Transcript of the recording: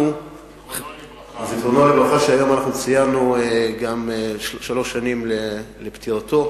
זכרו לברכה, שהיום ציינו שלוש שנים לפטירתו,